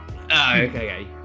okay